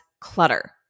clutter